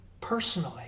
personally